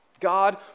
God